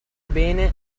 bene